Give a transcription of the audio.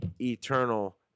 eternal